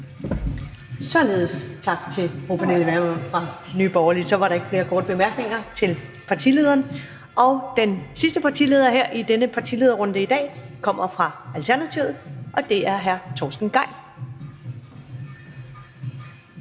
Således tak til fru Pernille Vermund fra Nye Borgerlige. Der er ikke flere korte bemærkninger til partilederen. Den sidste partileder her i denne partilederrunde i dag kommer fra Alternativet, og det er hr. Torsten Gejl.